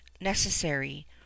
necessary